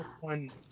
one